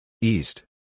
East